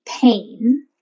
pain